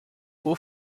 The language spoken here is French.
haut